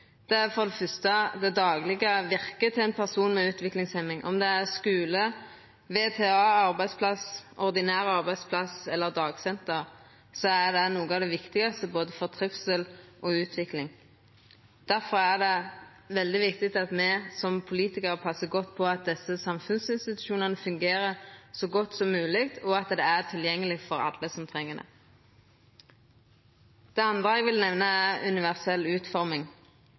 to ting, for det fyrste det daglege virket til ein person med utviklingshemning. Om det er skule, VTA, ordinær arbeidsplass eller dagsenter, er det noko av det viktigaste for både trivsel og utvikling. Difor er det veldig viktig at me som politikarar passar godt på at desse samfunnsinstitusjonane fungerer så godt som mogleg, og at dei er tilgjengelege for alle som treng det. Det andre eg vil nemna, er universell utforming.